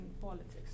politics